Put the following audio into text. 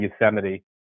Yosemite